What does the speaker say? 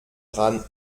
dran